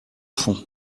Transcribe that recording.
fond